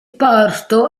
porto